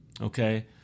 Okay